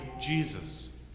Jesus